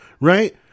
right